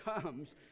comes